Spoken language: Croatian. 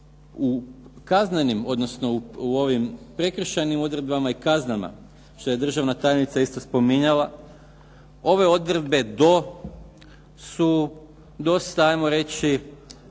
u kaznenim odnosno u prekršajnim odredbama i kaznama što je državna tajnica isto spominjala, ove odredbe su dosta 'ajmo reći